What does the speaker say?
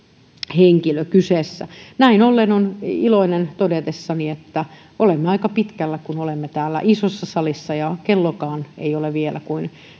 henkilö kyseessä näin ollen olen iloinen todetessani että olemme aika pitkällä kun olemme täällä isossa salissa ja kellokaan ei ole vielä kuin